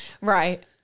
Right